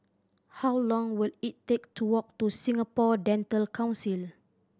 how long will it take to walk to Singapore Dental Council